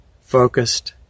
focused